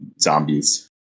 Zombies